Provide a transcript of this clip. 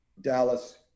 Dallas